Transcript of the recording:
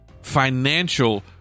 financial